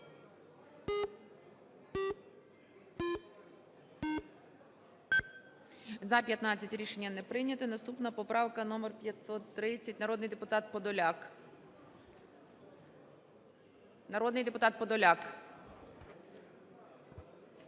За-15 Рішення не прийняте. Наступна поправка - номер 530, народний депутат Подоляк. Народний депутат Подоляк!